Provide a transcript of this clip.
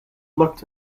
looked